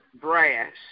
brass